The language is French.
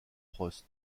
prost